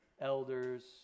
elders